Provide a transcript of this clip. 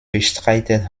bestreitet